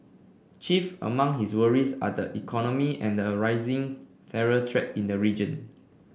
chief among his worries are the economy and arising terror threat in the region